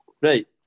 Right